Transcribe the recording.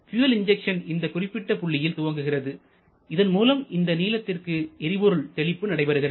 fuel injection இந்த குறிப்பிட்ட புள்ளியில் துவங்குகிறது இதன் மூலம் இந்த நீளத்திற்கு எரிபொருள் தெளிப்பு நடைபெறுகிறது